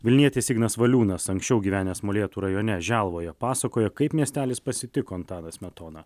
vilnietis ignas valiūnas anksčiau gyvenęs molėtų rajone želvoje pasakojo kaip miestelis pasitiko antaną smetoną